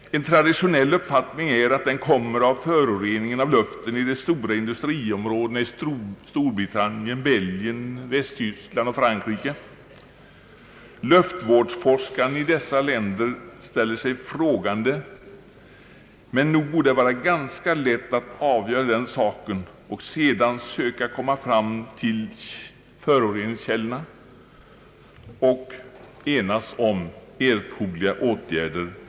En traditionell uppfattning är att den orsakas av föroreningen av luften i de stora industriområdena i =: Storbritannien, Belgien, Västtyskland och Frankrike. Luftvårdsforskarna i dessa länder ställer sig frågande, men nog borde det vara ganska lätt att avgöra den saken och sedan söka komma fram till föroreningskällorna och enas om erforderliga åtgärder.